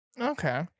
okay